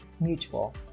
mutual